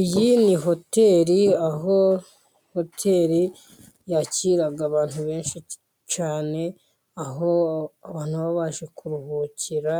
Iyi ni hoteli ,aho hoteli yakira abantu benshi cyane aho baje kuruhukira,